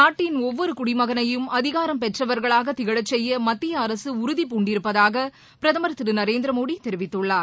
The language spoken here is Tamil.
நாட்டின் ஒவ்வொருகுடமகனையும்அதிகாரம் பெற்றவர்களாகதிகழசெய்யமத்திய அரசுஉறுதி பூண்டிருப்பதாகபிரதமர் திருநரேந்திரமோடிதெரிவித்துள்ளார்